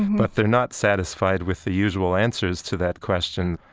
but they're not satisfied with the usual answers to that question.